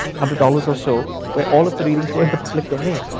hundred dollars or so, where all of the readings were in the public domain.